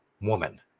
woman